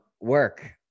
work